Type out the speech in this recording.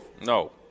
No